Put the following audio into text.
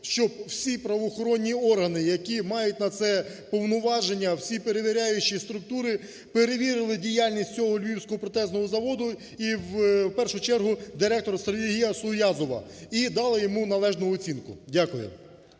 щоб всі правоохоронні органи, які мають на це повноваження, всі перевіряючі структури перевірили діяльність цього Львівського протезного заводу, і в першу чергу директора Сергія Суязова, і дали йому належну оцінку. Дякую.